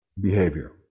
Behavior